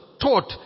taught